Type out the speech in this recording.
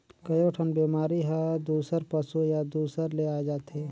कयोठन बेमारी हर दूसर पसु या दूसर ले आये जाथे